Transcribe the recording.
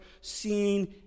seen